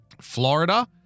Florida